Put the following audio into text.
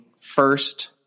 first